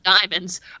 diamonds